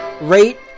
rate